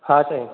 हा साईं